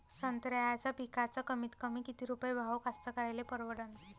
संत्र्याचा पिकाचा कमीतकमी किती रुपये भाव कास्तकाराइले परवडन?